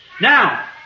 Now